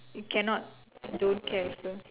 it cannot don't care also